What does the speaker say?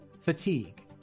fatigue